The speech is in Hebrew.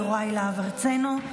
יוראי להב הרצנו,